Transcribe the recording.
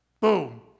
Boom